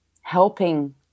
helping